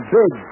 big